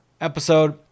episode